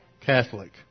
Catholic